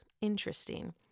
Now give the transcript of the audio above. Interesting